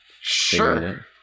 Sure